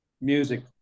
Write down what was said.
Music